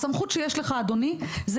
הסמכות שיש לך אדוני,